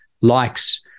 likes